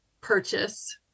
purchase